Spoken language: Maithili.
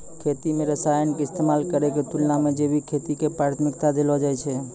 खेती मे रसायन के इस्तेमाल करै के तुलना मे जैविक खेती के प्राथमिकता देलो जाय छै